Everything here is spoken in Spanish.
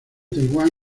taiwán